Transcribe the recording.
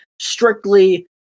strictly